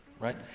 right